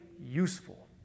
useful